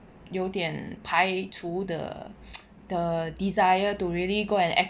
有点排除 the the desire to really go and